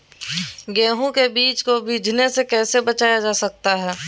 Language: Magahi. गेंहू के बीज को बिझने से कैसे बचाया जा सकता है?